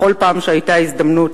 בכל פעם שהיתה הזדמנות,